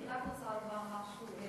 אני רוצה לומר משהו.